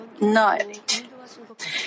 night